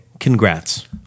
Congrats